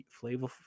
flavorful